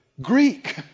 Greek